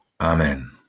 amen